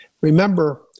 Remember